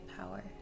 power